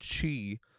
chi